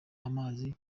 amazi